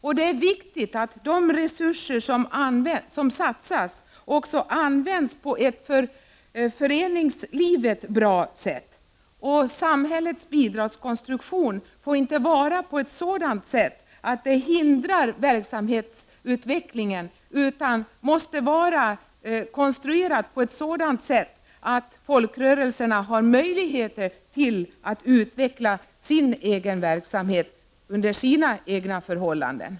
Det är viktigt att de resurser som satsas också används på ett för föreningslivet bra sätt. Samhällets bidragskonstruktion får inte hindra verksamhetsutvecklingen, utan måste vara konstruerad på ett sådant sätt att folkrörelserna har möjligheter att utveckla sin egen verksamhet efter sina egna förhållanden.